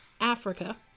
Africa